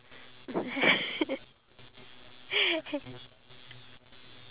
and eat and they don't really want to go out of the house